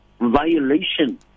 violation